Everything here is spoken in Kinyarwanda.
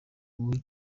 guha